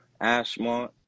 Ashmont